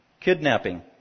Kidnapping